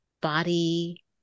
body